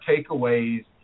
takeaways